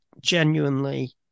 genuinely